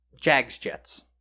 Jags-Jets